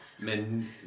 men